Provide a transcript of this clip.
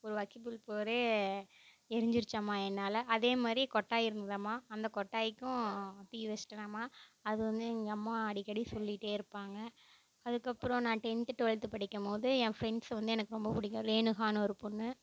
ஒரு வைக்கல்புல் போரே எரிஞ்சிருச்சாம் என்னால் அதேமாதிரி கொட்டாய் இருந்துதாம் அந்த கொட்டாய்க்கும் தீ வச்சிட்டனாம் அது வந்து எங்கம்மா அடிக்கடி சொல்லிகிட்டே இருப்பாங்க அதுக்கப்புறம் நான் டென்த்து டுவல்த்து படிக்கும்போது என் ஃப்ரெண்ட்ஸ் வந்து எனக்கு ரொம்ப பிடிக்கும் ரேணுகானு ஒரு பொண்ணு